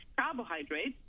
carbohydrates